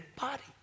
body